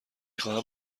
خواهم